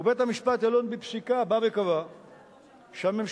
ובית-המשפט העליון בפסיקה בא וקבע שהממשלה